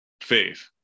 faith